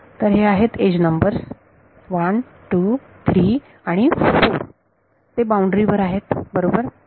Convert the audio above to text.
तर हे आहेत एज नंबर्स 1 2 3 आणि 4 ते बाउंड्री वर आहेत बरोबर